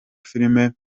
filime